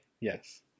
yes